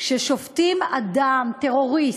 כששופטים אדם, טרוריסט,